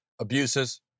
abuses